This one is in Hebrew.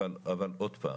אבל עוד פעם,